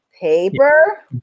Paper